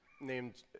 named